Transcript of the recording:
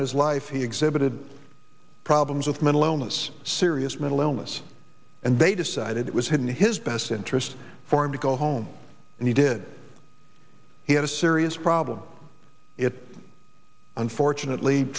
in his life he exhibited problems with mental illness serious mental illness and they decided it was hidden his best interest for him to go home and he did he had a serious problem it unfortunately